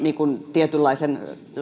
tietynlaisen